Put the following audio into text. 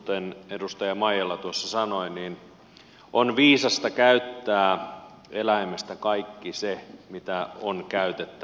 kuten edustaja maijala tuossa sanoi on viisasta käyttää eläimestä kaikki se mitä on käytettävissä